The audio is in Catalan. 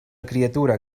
criatura